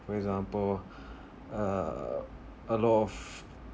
for example uh a lot of